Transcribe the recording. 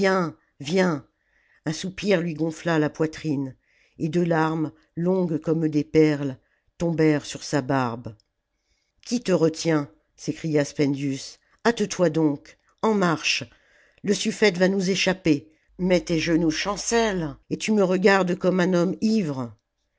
viens un soupir lui gonfla la poitrine et deux larmes longues comme des perles tombèrent sur sa barbe qui te retient s'écria spendius hâte-toi donc en marche le sufïete va nous échapper mais tes genoux chancellent et tu me regardes comme un homme ivre